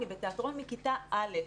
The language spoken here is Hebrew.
אני בתיאטרון מכיתה א',